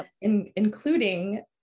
including